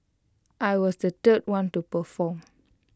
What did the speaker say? I was the third one to perform